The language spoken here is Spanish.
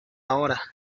ahora